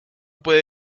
puede